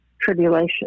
Tribulation